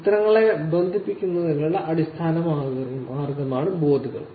ചിത്രങ്ങളെ ബന്ധിപ്പിക്കുന്നതിനുള്ള അടിസ്ഥാന മാർഗ്ഗമാണ് ബോർഡുകൾ